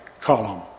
column